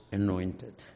anointed